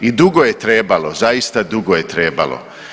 I dugo je trebalo, zaista dugo je trebalo.